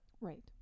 Right